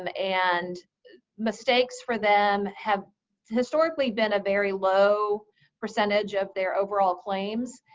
um and mistakes for them have historically been a very low percentage of their overall claims.